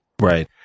Right